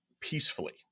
peacefully